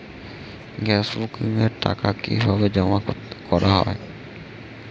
Gas বুকিংয়ের টাকা কিভাবে জমা করা হয়?